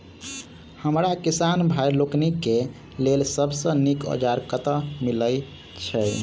हमरा किसान भाई लोकनि केँ लेल सबसँ नीक औजार कतह मिलै छै?